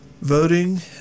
Voting